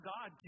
God